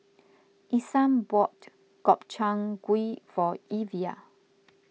Isam bought Gobchang Gui for Evia